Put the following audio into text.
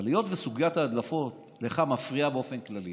אבל היות שסוגיית ההדלפות לך מפריעה באופן כללי,